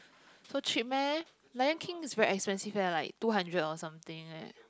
so cheap meh Lion-King is very expensive eh like two hundred or something eh